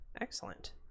Excellent